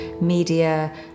media